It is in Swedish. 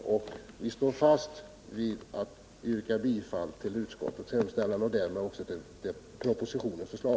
Vi står alltså fast vid att tillstyrka utskottets hemställan och därmed propositionens förslag.